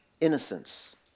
innocence